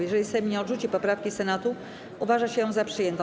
Jeżeli Sejm nie odrzuci poprawki Senatu, uważa się ją za przyjętą.